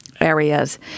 areas